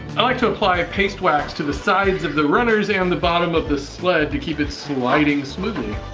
i like to apply a paste wax to the sides of the runners and the bottom of the sled to keep it sliding smoothly.